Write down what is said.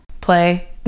Play